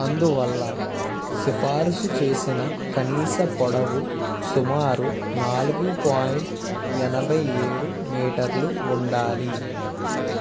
అందువల్ల సిఫారసు చేసిన కనీస పొడవు సుమారు నాలుగు పాయింట్ ఎనభై ఏడు మీటర్లు ఉండాలి